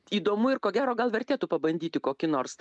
įdomu ir ko gero gal vertėtų pabandyti kokį nors